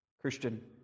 Christian